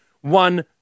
one